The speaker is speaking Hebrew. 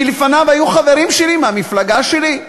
כי לפניו היו חברים שלי, מהמפלגה שלי,